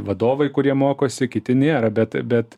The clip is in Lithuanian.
vadovai kurie mokosi kiti nėra bet bet